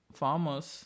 farmers